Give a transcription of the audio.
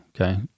Okay